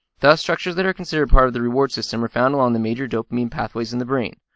thus, structures that are considered part of the reward system are found along the major dopamine pathways in the brain.